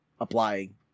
applying